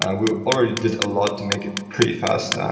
and we've already did a lot to make it pretty fast,